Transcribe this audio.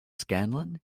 scanlan